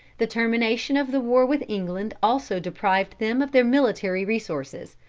the termination of the war with england also deprived them of their military resources,